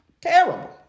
terrible